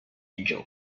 angel